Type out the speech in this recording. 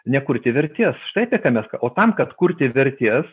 nekurti vertės štai apie ką mes o tam kad kurti vertės